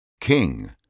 king